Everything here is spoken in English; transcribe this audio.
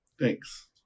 Thanks